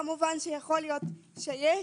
כמובן, שיכול להיות שיש,